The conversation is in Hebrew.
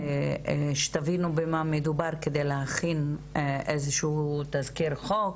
שתבינו במה מדובר כדי להכין איזה שהוא תזכיר חוק,